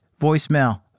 voicemail